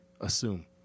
assume